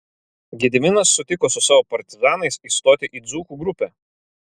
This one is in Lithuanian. gediminas sutiko su savo partizanais įstoti į dzūkų grupę